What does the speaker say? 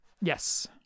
Yes